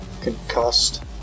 Concussed